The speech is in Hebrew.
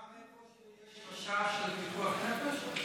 גם איפה שיש חשש לפיקוח נפש?